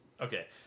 okay